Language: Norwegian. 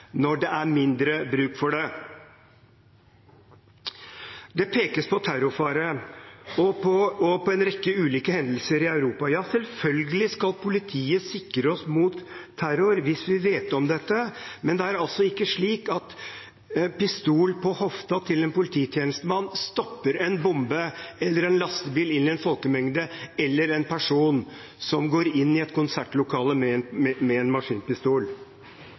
når det er mindre bruk for det? Det pekes på terrorfare og på en rekke ulike hendelser i Europa. Ja, selvfølgelig skal politiet sikre oss mot terror hvis vi vet om dette, men det er altså ikke slik at en pistol på hofta til en polititjenestemann stopper en bombe, eller en lastebil på vei inn i en folkemengde, eller en person som går inn i et konsertlokale med en maskinpistol.